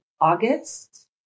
August